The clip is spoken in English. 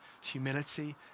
humility